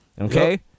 Okay